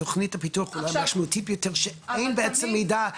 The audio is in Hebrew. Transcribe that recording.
תוכנית הפיתוח המשמעותי ביותר שאין בעצם מידע.